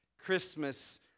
Christmas